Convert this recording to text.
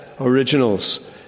originals